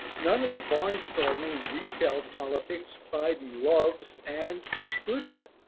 none of the barnstorming retail politics biden loves and is good at.